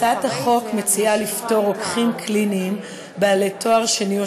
הצעת החוק מציעה לפטור רוקחים קליניים בעלי תואר שני או